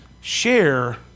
share